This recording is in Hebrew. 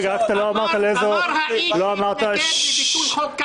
אמר האיש שהתנגד לביטול חוק קמיניץ.